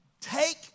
take